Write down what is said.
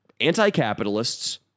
anti-capitalists